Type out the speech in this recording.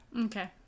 okay